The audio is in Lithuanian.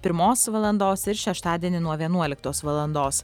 pirmos valandos ir šeštadienį nuo vienuoliktos valandos